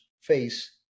face